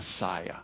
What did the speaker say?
Messiah